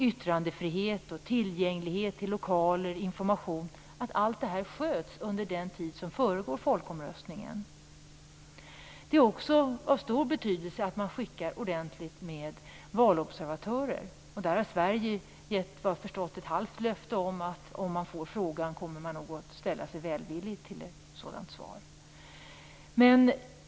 Yttrandefrihet och lokalers tillgänglighet måste säkras och informationen skötas under den tid som föregår folkomröstningen. Det är också av stor betydelse att man skickar ordentligt med valobservatörer. Sverige har, såvitt jag har förstått, givit ett halvt löfte om att ställa sig välvilligt, om vårt land blir tillfrågat om detta.